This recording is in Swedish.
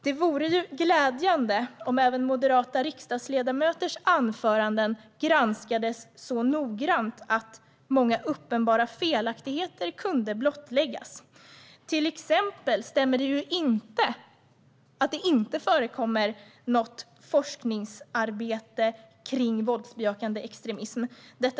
Det vore glädjande om moderata riksdagsledamöters anföranden granskades så noggrant att många uppenbara felaktigheter kunde blottläggas. Till exempel stämmer det inte att det inte förekommer något forskningsarbete kring våldsbejakande extremism.